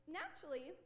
naturally